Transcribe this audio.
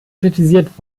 kritisiert